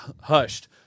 hushed